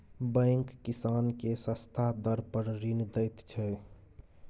bank किसान केँ सस्ता दर पर ऋण दैत छै